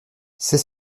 c’est